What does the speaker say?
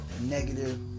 negative